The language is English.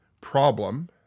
problem